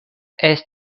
estis